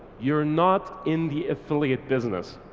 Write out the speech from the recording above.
you're not in the affiliate business.